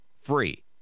free